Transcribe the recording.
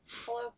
Hello